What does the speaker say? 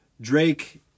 Drake